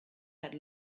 had